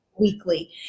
weekly